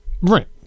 Right